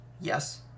yes